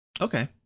Okay